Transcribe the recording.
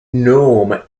nome